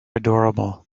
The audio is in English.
adorable